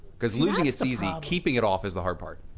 because losing is easy, keeping it off is the hard part.